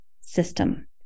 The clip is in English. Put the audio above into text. system